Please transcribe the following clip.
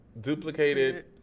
duplicated